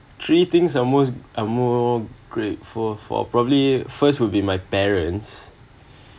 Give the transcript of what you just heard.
three things are most are more grateful for probably first will be my parents